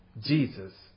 Jesus